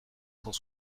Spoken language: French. cent